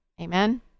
amen